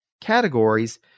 categories